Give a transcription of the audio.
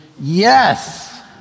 yes